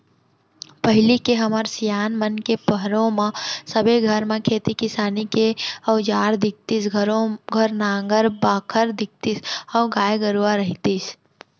पहिली के हमर सियान मन के पहरो म सबे घर म खेती किसानी के अउजार दिखतीस घरों घर नांगर बाखर दिखतीस अउ गाय गरूवा रहितिस